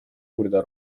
uurida